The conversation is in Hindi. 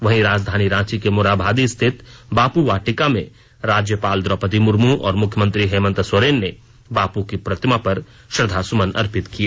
वहीं राजधानी रांची के मोरहाबादी स्थित बापू वाटिका में राज्यपाल द्रोपदी मुर्मू और मुख्यमंत्री हेमंत सोरेन ने बापू की प्रतिमा पर श्रद्धा सुमन अर्पित किए